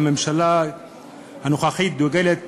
והממשלה הנוכחית חורתת